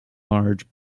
large